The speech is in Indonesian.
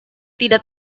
tidak